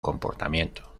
comportamiento